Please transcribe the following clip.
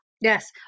Yes